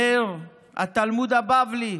אומר התלמוד הבבלי: